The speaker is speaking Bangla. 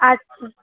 আচ্ছা